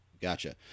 Gotcha